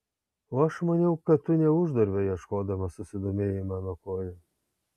o aš maniau kad tu ne uždarbio ieškodamas susidomėjai mano koja